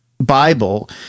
Bible